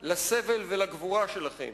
לסבל ולגבורה שלכם.